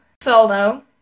solo